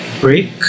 break